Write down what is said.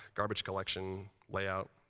garbage collection, layout,